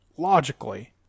Logically